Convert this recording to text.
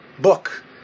book